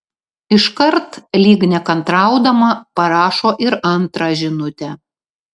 iškart lyg nekantraudama parašo ir antrą žinutę